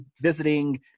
visiting